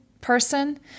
person